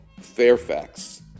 fairfax